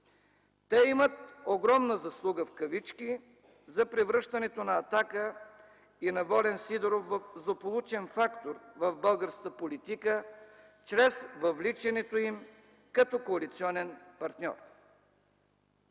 Те имат огромна „заслуга” за превръщането на „Атака” и на Волен Сидеров в злополучен фактор в българската политика чрез въвличането им като коалиционен партньор.